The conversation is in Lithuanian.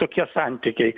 tokie santykiai